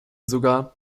sogar